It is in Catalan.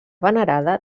venerada